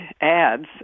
ads